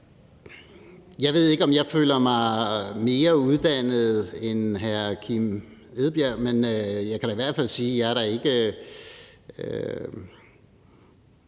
Jeg ved ikke, om jeg føler mig mere uddannet end hr. Kim Edberg Andersen, men jeg kan da i hvert fald sige, at jeg er fra